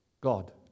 God